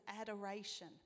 adoration